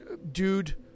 dude